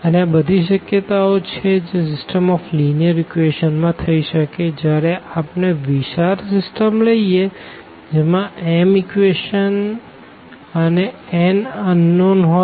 અને આ બધી શક્યતાઓ છે જે સીસ્ટમ ઓફ લીનીઅર ઇક્વેશંસ માં થઇ શકે જયારે આપણે વિશાળ સીસ્ટમ લઈએ જેમાં m ઇક્વેશનો અને n અનનોન હોઈ